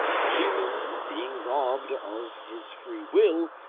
the human being, robbed of his free will,